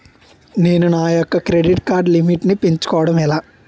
నేను నా యెక్క క్రెడిట్ కార్డ్ లిమిట్ నీ పెంచుకోవడం ఎలా?